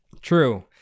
True